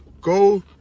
Go